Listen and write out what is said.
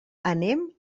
anem